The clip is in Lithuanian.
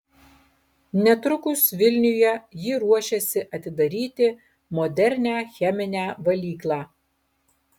netrukus vilniuje ji ruošiasi atidaryti modernią cheminę valyklą